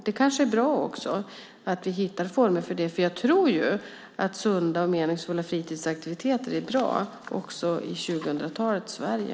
Det kanske är bra att vi hittar former för det, för jag tror att sunda och meningsfulla fritidsaktiviteter är bra också i 2000-talets Sverige.